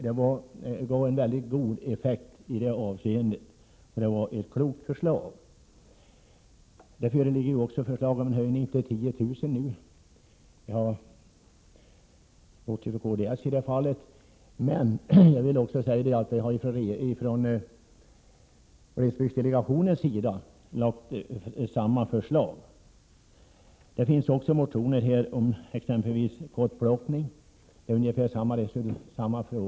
Detta kloka förslag gav alltså god effekt. Det föreligger nu också förslag om en höjning av nämnda belopp till 10 000 kr. Jag hänvisar då till kds-förslaget. Från glesbygdsdelegationens sida har man lagt fram samma förslag. Vidare finns det motioner om exempelvis kottplockning. Spörsmålen här är ungefär desamma.